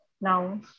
now